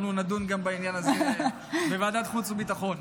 אנחנו נדון גם בעניין הזה בוועדת החוץ והביטחון.